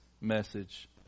message